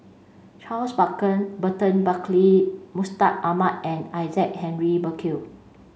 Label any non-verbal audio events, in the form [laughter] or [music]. Charles [unintelligible] Burton Buckley Mustaq Ahmad and Isaac Henry Burkill